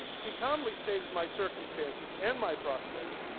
he calmly stated my circumstances and my prospects,